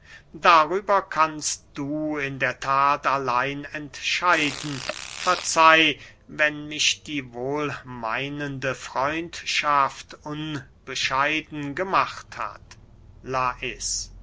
darüber kannst du in der that allein entscheiden verzeih wenn mich die wohlmeinende freundschaft unbescheiden gemacht hat lais